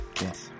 Yes